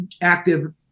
active